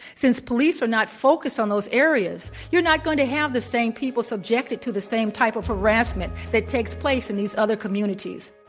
since police are not focused on those areas, you're not going to have the same people subjected to the same type of harassment that takes place in these other communities.